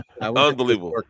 Unbelievable